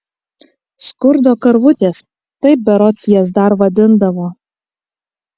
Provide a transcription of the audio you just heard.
skurdo karvutės taip berods jas dar vadindavo